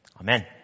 Amen